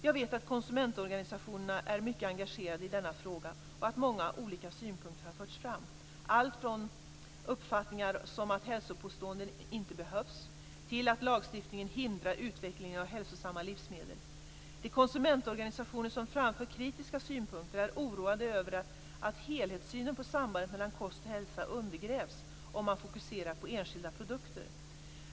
Jag vet att konsumentorganisationerna är mycket engagerade i denna fråga och att många olika synpunkter har förts fram, allt från uppfattningar som att hälsopåståenden inte behövs till att lagstiftningen hindrar utvecklingen av hälsosamma livsmedel. De konsumentorganisationer som framför kritiska synpunkter är oroade över att helhetssynen på sambandet mellan kost och hälsa undergrävs om man fokuserar på enskilda produkter.